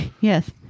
Yes